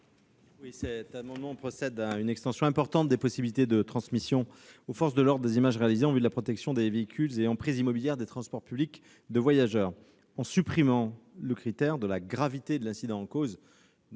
? Cet amendement vise à procéder à une extension importante des possibilités de transmission aux forces de l'ordre des images réalisées en vue de la protection des véhicules et emprises immobilières des transports publics de voyageurs, en supprimant le critère de la gravité de l'incident en cause. Au regard